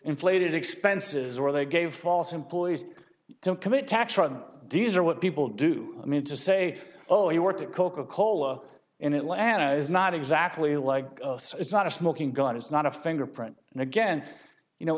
inflated expenses or they gave false employees don't commit tax fraud dues or what people do i mean to say oh you worked at coca cola in atlanta is not exactly like it's not a smoking gun it's not a fingerprint and again you know